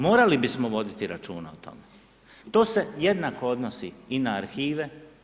Morali bismo voditi računa o tome, to se jednako odnosi i na arhive.